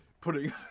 putting